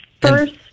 First